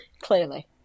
Clearly